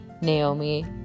Naomi